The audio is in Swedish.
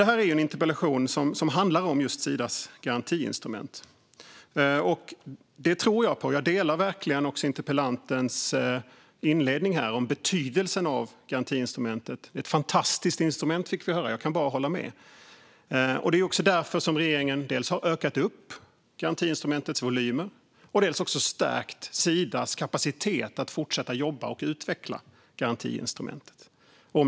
Detta är dock en interpellation som handlar om Sidas garantiinstrument, och det tror jag på. Jag instämmer verkligen i det interpellanten sa i sin inledning om betydelsen av garantiinstrumentet. Det är ett fantastiskt instrument, fick vi höra, och jag kan bara hålla med. Det är också därför regeringen har dels ökat garantiinstrumentets volymer, dels stärkt Sidas kapacitet att fortsätta jobba med och utveckla garantiinstrumentet.